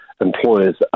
employers